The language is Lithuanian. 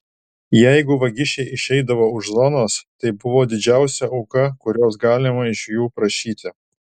jeigu vagišiai išeidavo už zonos tai buvo didžiausia auka kurios galima iš jų prašyti